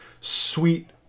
sweet